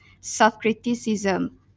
self-criticism